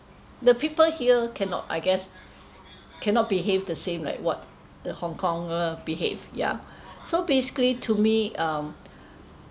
the people here cannot I guess cannot behave the same like what the Hong-Kong uh behave ya so basically to me um